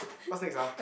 what things ah